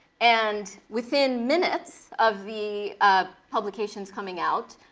and within minutes of the ah publications coming out,